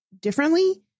differently